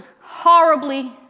horribly